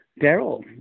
Daryl